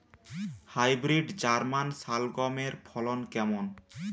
Hybrid German শালগম এর ফলন কেমন?